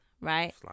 right